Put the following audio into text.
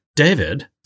David